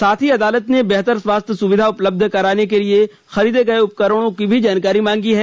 साथ ही अदालत ने बेहतर स्वास्थ्य सुविधा उपलब्ध कराने के लिए खरीदे गए उपकरणों की भी जानकारी मांगी है